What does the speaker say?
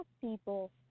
people